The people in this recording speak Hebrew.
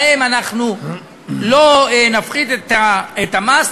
להן אנחנו לא נפחית את המס,